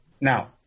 Now